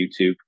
YouTube